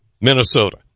Minnesota